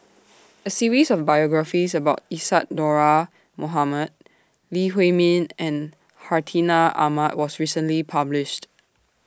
A series of biographies about Isadhora Mohamed Lee Huei Min and Hartinah Ahmad was recently published